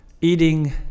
eating